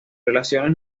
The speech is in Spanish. relaciones